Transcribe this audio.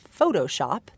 Photoshop